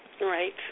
Right